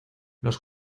los